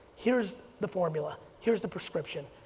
here's the formula. here's the prescription.